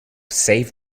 save